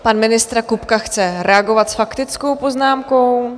Pan ministr Kupka chce reagovat s faktickou poznámkou.